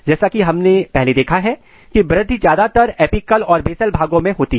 जैसा कि हमने पहले देखा है की वृद्धि ज्यादातर एपिकल और बेसल भागों में होती है